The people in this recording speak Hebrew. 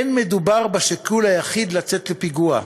לא מדובר בשיקול היחיד לצאת לפיגוע.